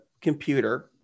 computer